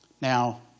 Now